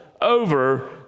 over